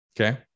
Okay